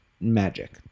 magic